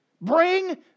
Bring